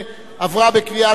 עברה בקריאה שלישית,